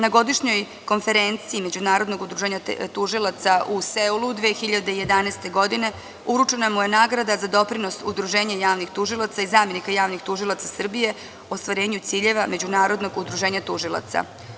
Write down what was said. Na Godišnjoj konferenciji Međunarodnog udruženja tužilaca u Seulu 2011. godine uručena mu je nagrada za doprinos Udruženja javnih tužilaca i zamenika javnih tužilaca Srbije u ostvarenju ciljeva Međunarodnog udruženja tužilaca.